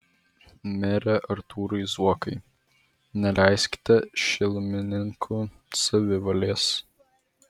mere artūrai zuokai neleiskite šilumininkų savivalės